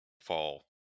fall